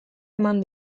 eman